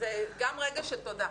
גם רגע של תודה.